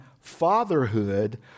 fatherhood